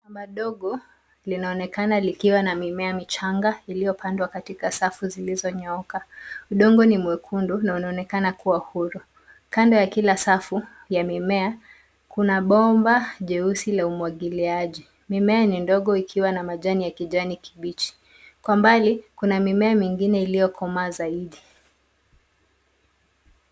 Madogo linaonekana likiwa na mimea michanga iliyopandwa katika safu zilizonyooka. Udongo ni mwekundu na unaonekana kuwa huru, kando ya kila safu ya mimea kuna bomba jeusi la umwagiliaji. Mimea ni ndogo ikiwa na majani ya kijani kibichi kwa mbali kuna mimea mingine iliyokomaa zaidi.